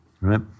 right